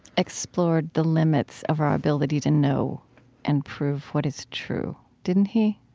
explored the limits of our ability to know and prove what is true. didn't he?